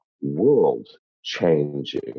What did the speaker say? world-changing